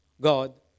God